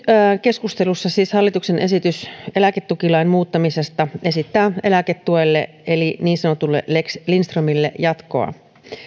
keskustelussa on siis hallituksen esitys eläketukilain muuttamisesta joka esittää jatkoa eläketuelle eli niin sanotulle lex lindströmille